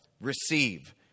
receive